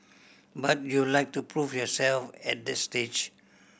but you'd like to prove yourself at that stage